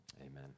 amen